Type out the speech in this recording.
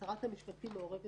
שרת המשפטים מעורבת